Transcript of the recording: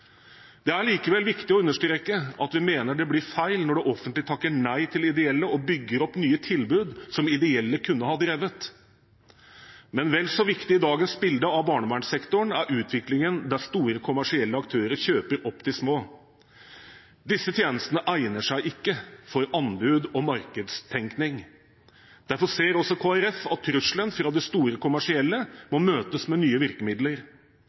Det er likevel viktig å understreke at vi mener det blir feil når det offentlige takker nei til ideelle og bygger opp nye tilbud som ideelle kunne ha drevet, men vel så viktig i dagens bilde av barnevernssektoren er utviklingen der store kommersielle aktører kjøper opp de små. Disse tjenestene egner seg ikke for anbud og markedstenkning. Derfor ser også Kristelig Folkeparti at trusselen fra de store kommersielle må møtes med nye virkemidler.